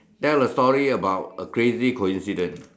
tell a story about a crazy coincidence